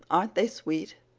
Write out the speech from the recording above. aren't they sweet?